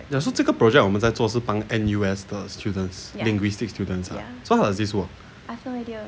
ya 这个 project 我们在做是帮 N_U_S 的 students linguistic students lah so how does this work